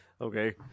Okay